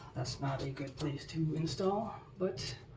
that's not a good place to install, but